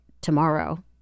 tomorrow